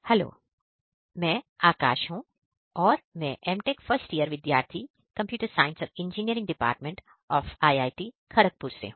hello मैं आकाश हूं और मैं MTech फर्स्ट ईयर विद्यार्थी कंप्यूटर साइंस और engineering department of IIT Kharagpur से हूं